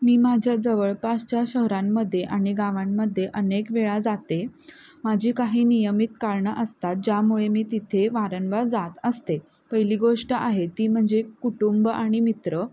मी माझ्या जवळपासच्या शहरांमध्ये आणि गावांमध्ये अनेक वेळा जाते माझी काही नियमित कारणं असतात ज्यामुळे मी तिथे वारंवार जात असते पहिली गोष्ट आहे ती म्हणजे कुटुंब आणि मित्र